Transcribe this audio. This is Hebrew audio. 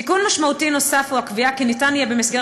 תיקון משמעותי נוסף הוא הקביעה כי יהיה אפשר במסגרת